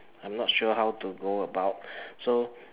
I'm not sure how to go about so